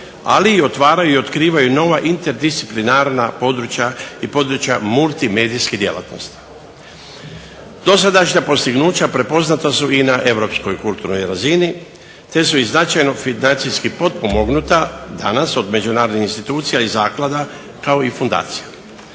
ali otvaraju i otkrivaju nova interdisciplinarna područja i područja multimedijske djelatnosti. Dosadašnja dostignuća prepoznata su i na Europskoj kulturnoj razini te su značajno financijski potpomognuta a ... međunarodnih institucija i zaklada kao i fundacija.